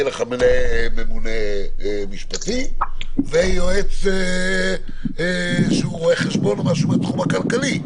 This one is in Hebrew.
לו ממונה משפטי ויועץ שהוא רואה חשבון או מישהו מן התחום הכלכלי,